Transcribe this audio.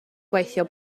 gweithio